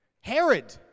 Herod